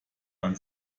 man